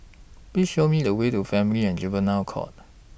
Please Show Me The Way to Family and Juvenile Court